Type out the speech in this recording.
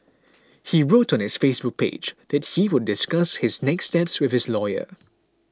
he wrote on his Facebook page that he will discuss his next steps with his lawyer